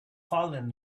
fallen